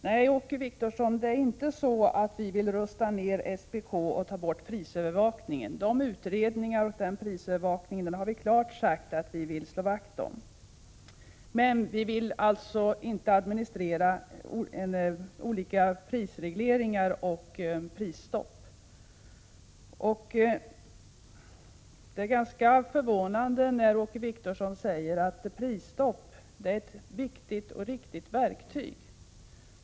Herr talman! Nej, Åke Wictorsson, vi vill inte rusta ner SPK och slopa prisövervakningen. Vi har klart sagt att vi vill slå vakt om SPK:s utredningar och SPK:s prisövervakning. Men vi vill inte att SPK skall administrera olika prisregleringar och prisstopp. Det är ganska förvånande att Åke Wictorsson säger att prisstopp är ett viktigt verktyg.